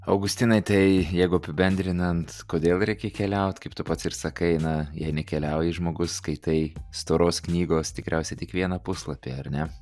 augustinai tai jeigu apibendrinant kodėl reikia keliaut kaip tu pats ir sakai na jei nekeliauji žmogus skaitai storos knygos tikriausiai tik vieną puslapį ar ne